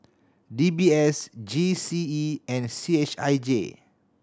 D B S G C E and C H I J